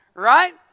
right